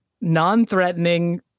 non-threatening